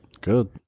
Good